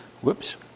Whoops